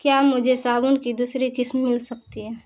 کیا مجھے صابن کی دوسری قسم مل سکتی ہے